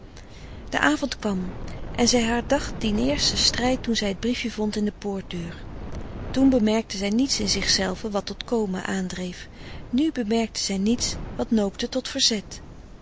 de avond kwam en zij herdacht dien eersten strijd toen zij het briefje vond in de poortdeur toen bemerkte zij niets in zichzelve wat tot komen aandreef nu bemerkte zij niets wat noopte tot verzet